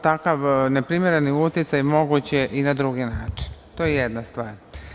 Takav neprimereni uticaj moguće je i na drugi način, to je jedna stvar.